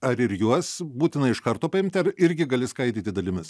ar ir juos būtina iš karto paimt ar irgi gali skaidyti dalimis